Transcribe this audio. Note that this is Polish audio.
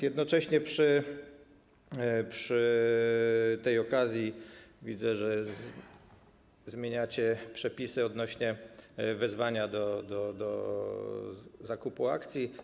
Jednocześnie przy tej okazji widzę, że zmieniacie przepisy odnośnie do wezwania do zakupu akcji.